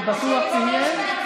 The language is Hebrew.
היא בטוח תהיה?